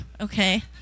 okay